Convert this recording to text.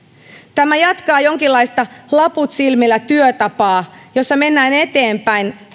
tämä jatkaa jonkinlaista laput silmillä työtapaa jossa mennään eteenpäin